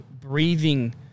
breathing